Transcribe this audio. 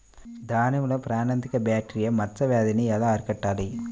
దానిమ్మలో ప్రాణాంతక బ్యాక్టీరియా మచ్చ వ్యాధినీ ఎలా అరికట్టాలి?